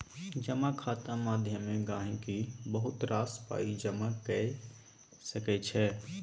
जमा खाता माध्यमे गहिंकी बहुत रास पाइ जमा कए सकै छै